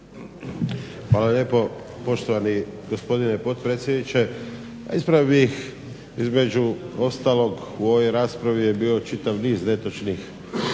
Hvala lijepo poštovani gospodine potpredsjedniče. Ispravio bih, između ostalog u ovoj raspravi je bio čitav niz netočnih